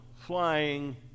flying